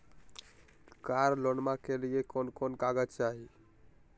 कार लोनमा के लिय कौन कौन कागज चाही?